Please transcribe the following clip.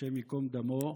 השם ייקום דמו,